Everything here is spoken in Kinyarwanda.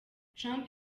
trump